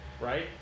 Right